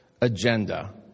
agenda